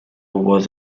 was